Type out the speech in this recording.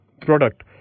product